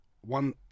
one